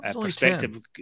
Perspective